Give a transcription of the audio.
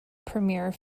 premiere